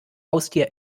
haustier